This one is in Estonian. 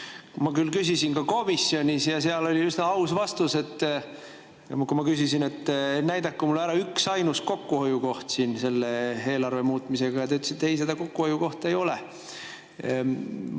Ma küsisin seda ka komisjonis ja seal oli üsna aus vastus. Kui ma küsisin, et näidake mulle ära üksainus kokkuhoiukoht siin selle eelarve muutmisega, siis te ütlesite, et seda kokkuhoiu kohta ei ole.